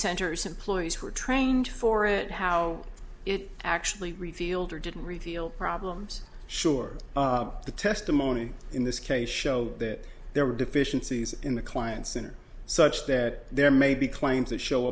centers employees who are trained for it how it actually revealed or didn't reveal problems sure the testimony in this case showed that there were deficiencies in the clients are such that there may be claims that show